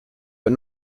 but